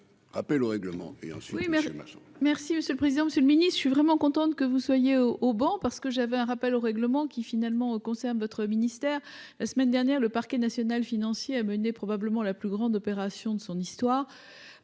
rappel au règlement